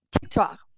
TikTok